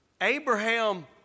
Abraham